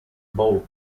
both